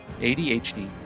ADHD